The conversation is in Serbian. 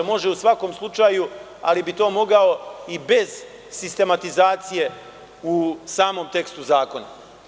Može u svakom slučaju, ali bi to mogao i bez sistematizacije u samom tekstu zakona.